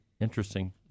Interesting